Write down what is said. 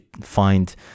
find